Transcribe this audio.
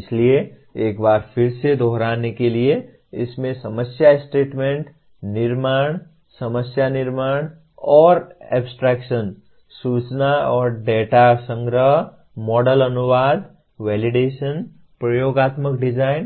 इसलिए एक बार फिर से दोहराने के लिए इसमें समस्या स्टेटमेंट निर्माण समस्या निर्माण और एब्सट्रैक्शन सूचना और डेटा संग्रह मॉडल अनुवाद वेलिडेशन प्रयोगात्मक डिजाइन